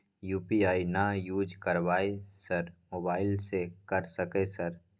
UPI ना use करवाएं sir mobile से कर सके सर?